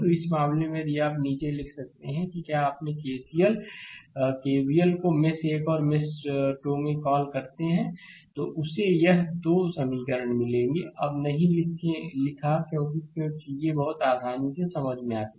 तो इस मामले में यदि आप नीचे लिखते हैं कि क्या अपने 1 केसीएल केवीएल को मेष 1 और मेष 2 में कॉल करता है तो उसे यह 2 समीकरण मिलेंगे अब नहीं लिखा क्योंकि क्यों चीजें बहुत आसानी से समझ में आती हैं